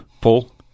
paul